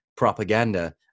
propaganda